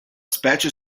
specie